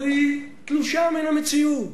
אבל היא תלושה מן המציאות.